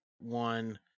one